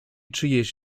czyjeś